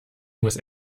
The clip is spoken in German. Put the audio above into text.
muss